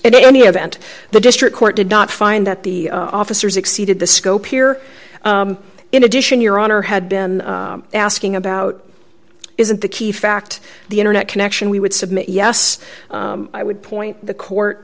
in any event the district court did not find that the officers exceeded the scope here in addition your honor had been asking about isn't the key fact the internet connection we would submit yes i would point the court